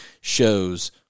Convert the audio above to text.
shows